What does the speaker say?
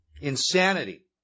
Insanity